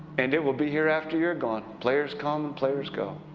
and it will be here after you're gone players come, and players go.